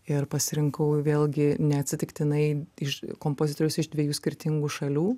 ir pasirinkau vėlgi neatsitiktinai iš kompozitoriaus iš dviejų skirtingų šalių